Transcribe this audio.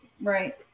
right